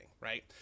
right